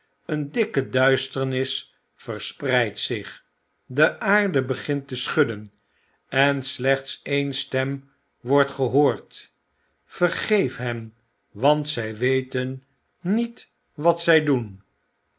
een dikke duisternis verspreidt zich de aarde begint te schudden en slechts een stem wordt gehuord vergeef hen want zy weten niet wat zij doen